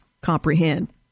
comprehend